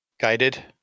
guided